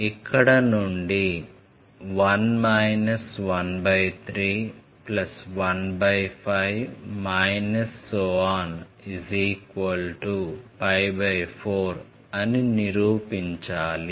ఇక్కడ నుండి 1 1315 4 అని నిరూపించాలి